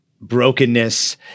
brokenness